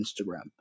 Instagram